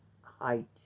height